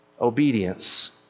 Obedience